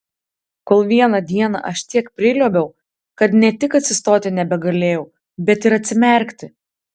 kol vieną dieną aš tiek priliuobiau kad ne tik atsistoti nebegalėjau bet ir atsimerkti